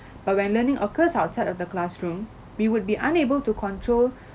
but when learning occurs outside of the classroom we would be unable to control